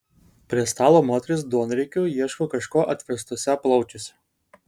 prie stalo moterys duonriekiu ieško kažko atverstuose plaučiuose